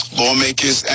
lawmakers